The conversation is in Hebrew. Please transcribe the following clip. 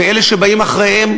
ואלה שבאים אחריהם,